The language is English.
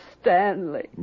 Stanley